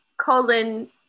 colon